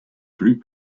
plus